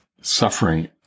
suffering